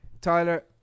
Tyler